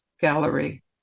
Gallery